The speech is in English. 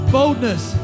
boldness